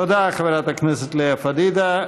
תודה, חברת הכנסת לאה פדידה.